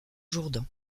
jourdan